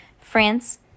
France